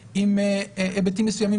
עם סמכויות שלטוניות מסוימות וכולי,